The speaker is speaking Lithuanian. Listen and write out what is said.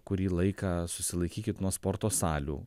kurį laiką susilaikykit nuo sporto salių